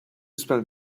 spend